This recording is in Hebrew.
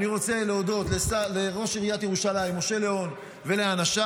אני רוצה להודות לראש עיריית ירושלים משה ליאון ולאנשיו.